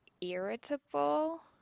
irritable